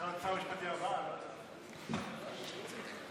שר המשפטים הבא, לא יודע.